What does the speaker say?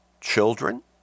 children